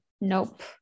Nope